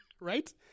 Right